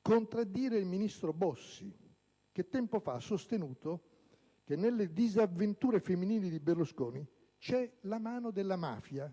contraddire il ministro Bossi, che tempo fa ha sostenuto che nelle disavventure femminili di Berlusconi c'è la mano della mafia.